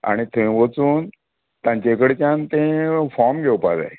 आनी थंय वचून तांचे कडच्यान तें फोर्म घेवपा जाय